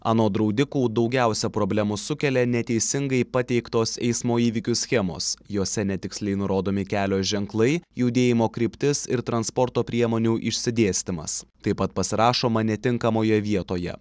anot draudikų daugiausia problemų sukelia neteisingai pateiktos eismo įvykių schemos jose netiksliai nurodomi kelio ženklai judėjimo kryptis ir transporto priemonių išsidėstymas taip pat pasirašoma netinkamoje vietoje